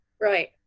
right